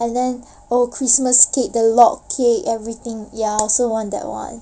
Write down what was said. and then oh christmas cake the log cake everything ya I also want that one